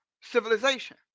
civilization